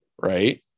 right